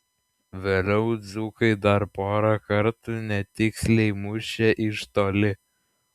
vėliau dzūkai dar porą kartų netiksliai mušė iš toli